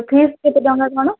fees କେତେ ଟଙ୍କା କ'ଣ